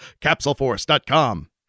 CapsuleForce.com